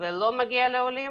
ולא מגיע לעולים,